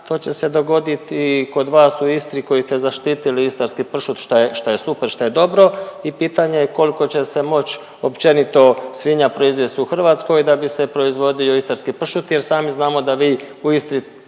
to će se dogoditi kod vas u Istri koji ste zaštitili istarski pršut šta je super, šta je dobro. I pitanje je koliko će se moći općenito svinja proizvesti u Hrvatskoj da bi se proizvodio istarski pršut jer sami znamo da vi u Istri